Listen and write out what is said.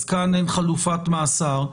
אז כאן אין חלופת מאסר,